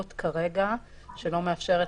אנחנו קוראים